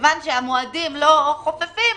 וכיוון שהמועדים לא חופפים,